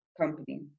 company